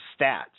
stats